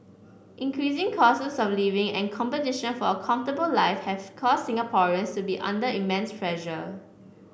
increasing costs of living and competition for a comfortable life have caused Singaporeans to be under immense pressure